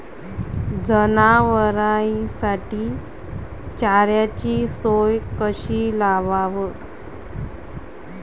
जनावराइसाठी चाऱ्याची सोय कशी लावाव?